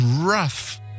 rough